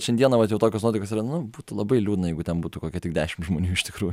šiandieną vat jau tokios nuotaikos yra nu būtų labai liūdna jeigu ten būtų kokia tik dešim žmonių iš tikrųjų